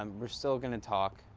um we're still gonna talk.